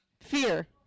Fear